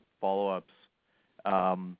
follow-ups